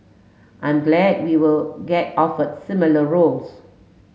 I'm glad we will get offer similar roles